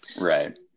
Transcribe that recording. Right